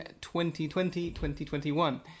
2020-2021